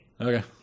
Okay